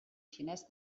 xinès